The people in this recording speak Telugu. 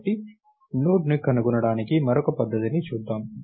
కాబట్టి నోడ్ను కనుగొనడానికి మరొక పద్ధతిని చూద్దాం